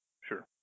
Sure